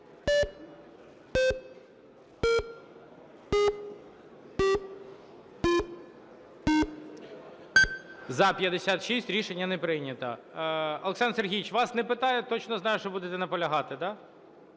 За-56 Рішення не прийнято. Олександр Сергійович, вас не питаю, точно знаю, що будете наполягати, на